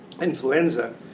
influenza